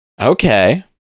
Okay